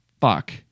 Fuck